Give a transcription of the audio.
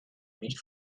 nicht